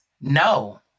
no